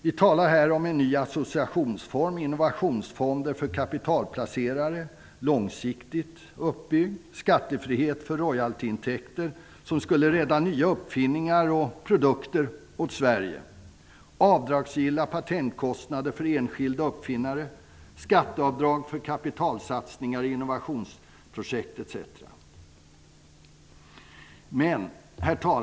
Vi talar om en ny associationsform, långsiktigt uppbygda innovationsfonder för kapitalplacerare, skattefrihet för royaltyintäkter som skulle rädda nya uppfinningar och produkter kvar i Sverige, avdragsgilla patentkostnader för enskilda uppfinnare, skatteavdrag för kapitalsatsningar i innovationsprojekt etc. Herr talman!